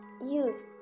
use